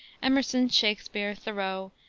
emerson, shakespere, thoreau,